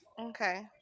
Okay